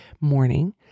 morning